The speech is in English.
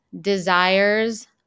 desires